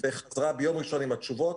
וחזרה ביום ראשון עם התשובות,